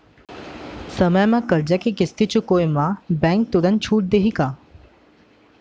समय म करजा के किस्ती चुकोय म बैंक तुरंत छूट देहि का?